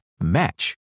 match